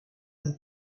vous